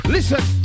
Listen